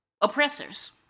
oppressors